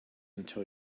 until